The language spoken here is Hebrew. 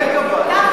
אין צורך שתיהרג אבל.